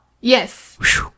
Yes